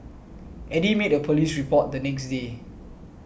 Eddy made a police report the next day